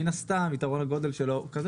מן הסתם יתרון הגודל שלו הוא כזה